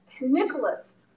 Nicholas